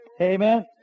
Amen